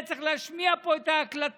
היה צריך להשמיע פה את ההקלטות